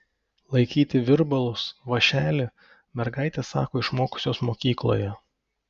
laikyti virbalus vąšelį mergaitės sako išmokusios mokykloje